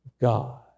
God